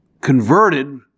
converted